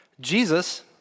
Jesus